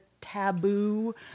taboo